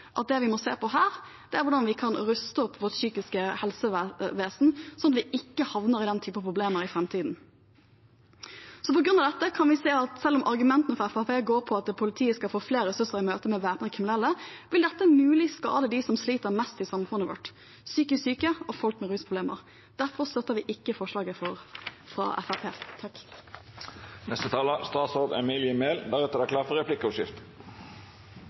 at det vi må se på her, er hvordan vi kan ruste opp vårt psykiske helsevesen, slik at vi ikke havner i denne typen problemer i framtiden. På grunn av dette kan vi se at selv om argumentene fra Fremskrittspartiet går ut på at politiet skal få flere ressurser i møte med væpnede kriminelle, vil dette mulig skade dem som sliter mest i samfunnet vårt: psykisk syke og folk med rusproblemer. Derfor støtter vi ikke forslaget fra